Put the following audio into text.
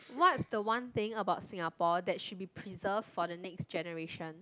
what's the one thing about Singapore that should be preserved for the next generation